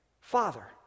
Father